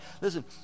Listen